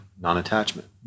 non-attachment